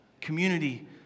community